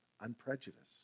unprejudiced